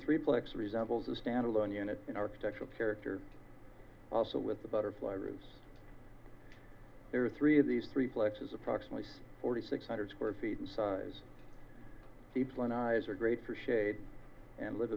three plex resembles a standalone unit in architectural character also with the butterfly roofs there are three of these three flexes approximately forty six hundred square feet in size the plan eyes are great for shade and liv